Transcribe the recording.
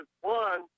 one